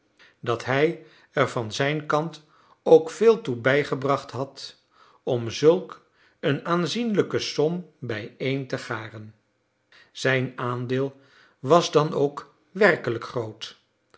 dat hij er van zijn kant ook veel toe bijgebracht had om zulk een aanzienlijke som bijeen te garen zijn aandeel was dan ook werkelijk groot